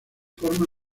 forma